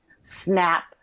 snap